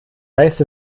heißt